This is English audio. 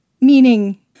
Meaning